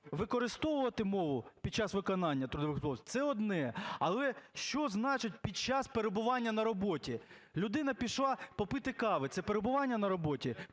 використовувати мову під час виконання трудових відносин – це одне, але що значить під час перебування на роботі? Людина пішла попити кави. Це перебування на роботі?